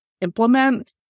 implement